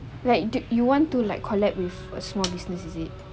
like do you want to like collab with a small business is it